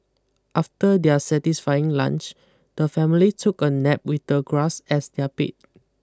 after their satisfying lunch the family took a nap with the grass as their bed